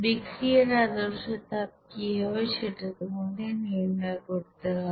বিক্রিয়ার আদর্শ তাপ কি হবে সেটা তোমাদের নির্ণয় করতে হবে